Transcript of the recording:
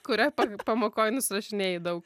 kurioj pamokoj nusirašinėjai daug